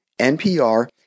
NPR